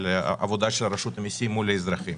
על העבודה של רשות המיסים מול האזרחים.